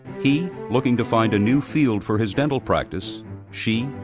he, looking to find a new field for his dental practice she,